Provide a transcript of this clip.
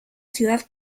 ciudad